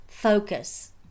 Focus